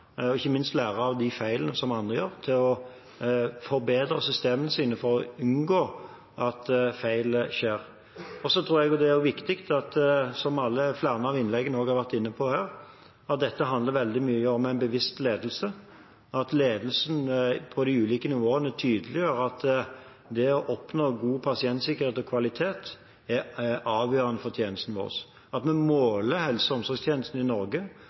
og ikke minst lære av de feil som andre har gjort, for å forbedre systemene og unngå at feil skjer. Så tror jeg også det er riktig, som flere har vært inne på i innleggene her, at dette handler veldig mye om en bevisst ledelse, og at ledelsen på de ulike nivåene tydeliggjør at det å oppnå god pasientsikkerhet og kvalitet er avgjørende for tjenestene våre, og at vi måler helse- og omsorgstjenestene i Norge